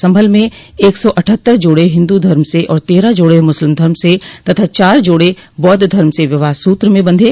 संभल में एक सौ अठ्हत्तर जोड़े हिन्दू धर्म से और तेरह जोड़े मुस्लिम धर्म से तथा चार जोड़े बौद्ध धर्म से विवाह सूत्र में बंधे